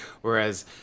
Whereas